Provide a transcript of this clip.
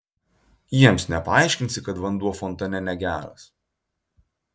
jiems nepaaiškinsi kad vanduo fontane negeras